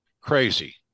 crazy